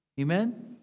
Amen